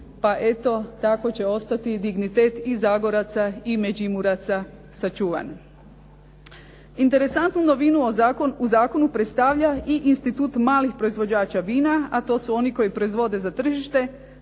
pa eto tako će ostati i dignitet i Zagoraca i Međimuraca sačuvan. Interesantnu novinu u zakonu predstavlja i institut malih proizvođača vina, a to su oni koji proizvode za tržište,